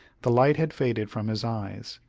the light had faded from his eyes,